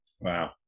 Wow